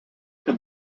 can